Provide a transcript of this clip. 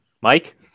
Mike